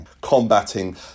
combating